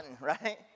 right